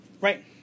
Right